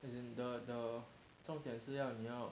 as in the the 重点是要你要